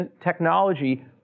technology